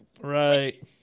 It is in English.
Right